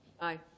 Aye